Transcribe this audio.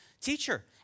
teacher